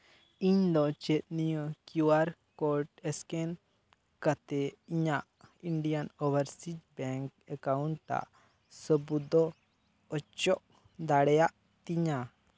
ᱤᱧᱫᱚ ᱪᱮᱫ ᱱᱤᱭᱟᱹ ᱠᱤᱭᱩ ᱟᱨ ᱠᱳᱰ ᱥᱠᱮᱱ ᱠᱟᱛᱮᱫ ᱤᱧᱟᱹᱜ ᱤᱱᱰᱤᱭᱟᱱ ᱚᱵᱷᱟᱨᱥᱤᱡᱽ ᱵᱮᱝᱠ ᱮᱠᱟᱣᱩᱱᱴ ᱥᱟᱹᱵᱩᱫᱚᱜ ᱚᱪᱚᱜ ᱫᱟᱲᱮᱭᱟᱜ ᱛᱤᱧᱟᱹ